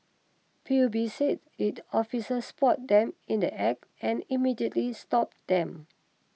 P U B said its officers spotted them in the Act and immediately stopped them